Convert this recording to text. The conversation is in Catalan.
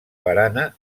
barana